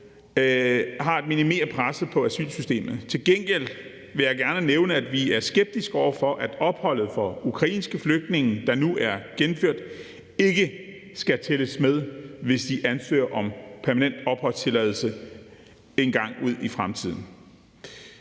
at minimere presset på asylsystemet. Til gengæld vil jeg gerne nævne, at vi er skeptiske over for, at opholdet for ukrainske flygtninge, der nu er gennemført, ikke skal tælles med, hvis de ansøger om permanent opholdstilladelse engang ude i fremtiden.